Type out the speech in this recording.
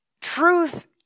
Truth